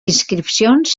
inscripcions